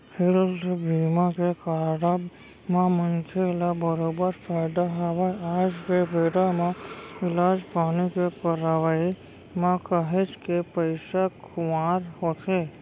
health बीमा के कारब म मनखे ल बरोबर फायदा हवय आज के बेरा म इलाज पानी के करवाय म काहेच के पइसा खुवार होथे